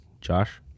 Josh